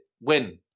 Win